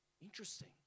Interesting